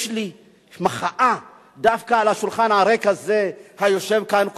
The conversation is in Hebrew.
יש לי מחאה דווקא לשולחן הריק הזה, היושב כאן.